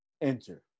Enter